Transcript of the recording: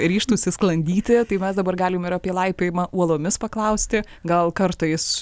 ryžtųsi sklandyti tai mes dabar galim ir apie laipiojimą uolomis paklausti gal kartais